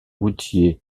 routiers